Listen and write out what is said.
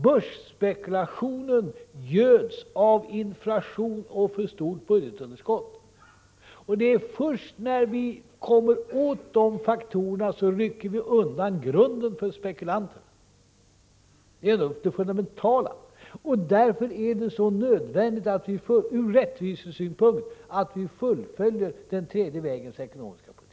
Börsspekulationen göds av inflation och för stort budgetunderskott, och det är först när vi kommer åt dessa faktorer som vi rycker undan grunden för spekulanterna. Det är något av det mest fundamentala. Därför är det så nödvändigt ur rättvisesynpunkt att vi fullföljer den tredje vägens ekonomiska politik.